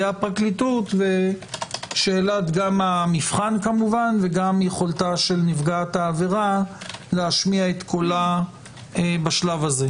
הפרקליטות ושאלת המבחן וגם יכולת נפגעת העבירה להשמיע קולה בשלב זה.